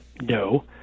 No